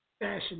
Fashion